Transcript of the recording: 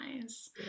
Nice